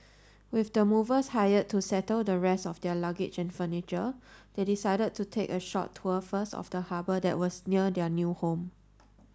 with the movers hired to settle the rest of their luggage and furniture they decided to take a short tour first of the harbour that was near their new home